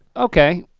okay.